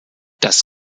das